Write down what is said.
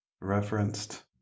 referenced